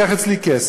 יש מפקחת על הביטוח,